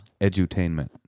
edutainment